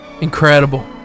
Incredible